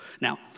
Now